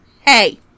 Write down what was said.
Hey